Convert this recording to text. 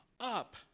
up